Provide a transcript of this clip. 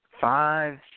five